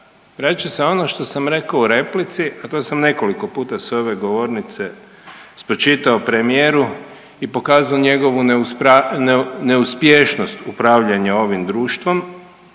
Vraća se ono što sam reko u replici, a to sam nekoliko puta s ove govornice spočitao premijeru i pokazao njegovu neuspješnost upravljanja ovim društvom,